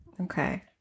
Okay